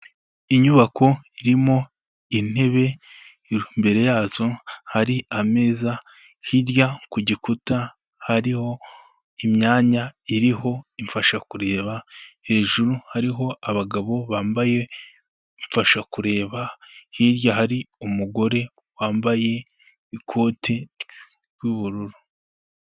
Inyubako irimo intebe imbere yazo hari ameza, hirya ku gikuta hariho imyanya iriho imfashakureba, hejuru hariho abagabo bambaye imfashakureba, hirya hari umugore wambaye ikoti ry'ubururu.